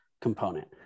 component